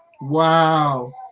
Wow